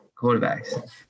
quarterbacks